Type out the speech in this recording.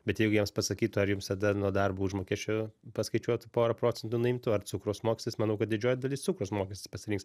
bet jeigu jiems pasakytų ar jums tada nuo darbo užmokesčio paskaičiuotų porą procentų nuimtų ar cukraus mokestis manau kad didžioji dalis cukraus mokestis pasirinks